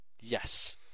yes